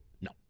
No